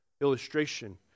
illustration